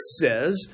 says